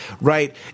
right